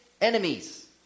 enemies